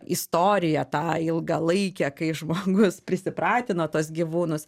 istoriją tą ilgalaikę kai žmogus prisipratino tuos gyvūnus